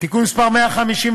תיקון מס' 159,